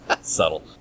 Subtle